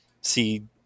see